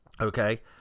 Okay